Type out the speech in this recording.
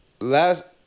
last